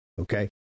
Okay